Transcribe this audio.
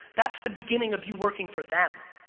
that's the beginning of you working for them